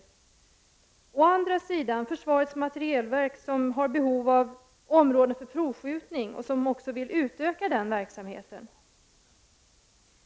Torhamns udde är naturreservat och anses vara av riksintresse när det gäller naturvårdsaspekter.